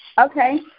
Okay